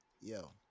Yo